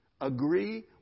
Agree